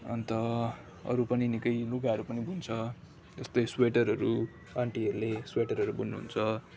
अन्त अरू पनि निकै लुगाहरू पनि बुन्छ यस्तै स्वेटरहरू आन्टीहरूले स्वेटरहरू बुन्नुहुन्छ